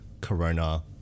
Corona